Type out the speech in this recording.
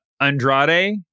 Andrade